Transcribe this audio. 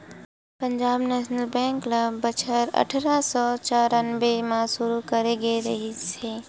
Punjab national bank ल बछर अठरा सौ चौरनबे म सुरू करे गे रिहिस हे